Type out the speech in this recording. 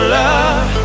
love